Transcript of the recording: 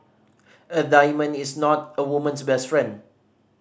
a diamond is not a woman's best friend